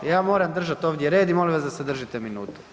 Ja moram držat ovdje red i molim da se držite minute.